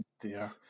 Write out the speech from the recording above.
dear